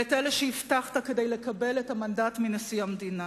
ואת אלה שהבטחת כדי לקבל את המנדט מנשיא המדינה.